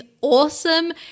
awesome